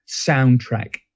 soundtrack